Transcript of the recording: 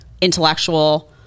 intellectual